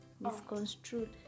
misconstrued